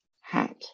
hat